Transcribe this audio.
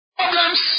problems